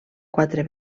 quatre